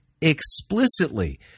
explicitly